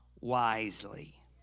wisely